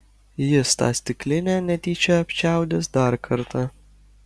jis tą stiklinę netyčia apčiaudės dar kartą